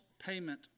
payment